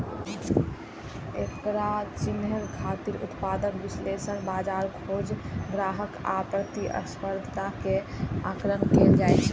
एकरा चिन्है खातिर उत्पाद विश्लेषण, बाजार खोज, ग्राहक आ प्रतिस्पर्धा के आकलन कैल जाइ छै